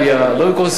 לא במקום ספרד,